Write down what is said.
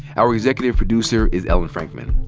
our executive producer is ellen frankman.